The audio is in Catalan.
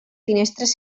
finestres